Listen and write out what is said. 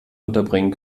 unterbringen